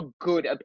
good